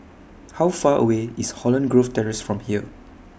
How Far away IS Holland Grove Terrace from here